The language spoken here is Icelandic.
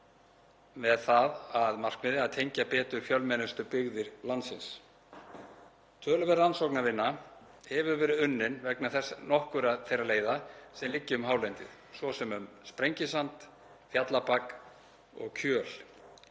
með það að markmiði að tengja betur saman fjölmennustu byggðir landsins. Töluverð rannsóknarvinna hefur verið unnin vegna nokkurra þeirra leiða sem liggja um hálendið, svo sem um Sprengisand, Fjallabak og Kjöl,